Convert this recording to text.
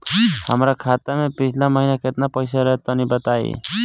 हमरा खाता मे पिछला महीना केतना पईसा रहे तनि बताई?